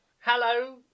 Hello